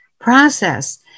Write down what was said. process